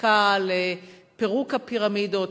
החקיקה לפירוק הפירמידות,